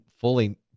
fully